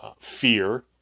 fear